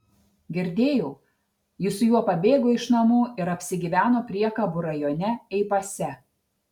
girdėjau ji su juo pabėgo iš namų ir apsigyveno priekabų rajone ei pase